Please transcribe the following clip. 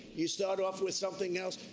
you start off with something else.